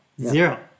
Zero